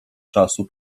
czasu